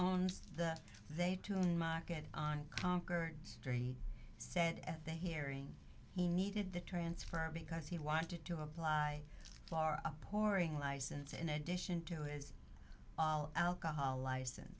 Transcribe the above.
owns the they to market on konqueror street said at the hearing he needed the transfer because he wanted to apply floor a pouring license in addition to his all alcohol licen